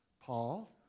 Paul